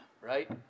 right